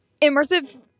immersive